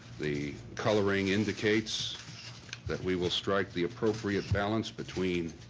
the coloring indicates that we will strike the appropriate balance between